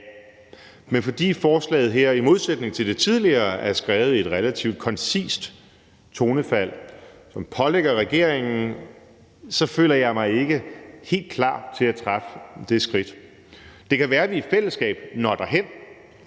Men fordi forslaget her i modsætning til det tidligere forslag er skrevet i et relativt koncist tonefald, som pålægger regeringen at gøre det her, så føler jeg mig ikke helt klar til at tage det skridt. Det kan være, at vi i fællesskab når derhen,